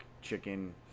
chicken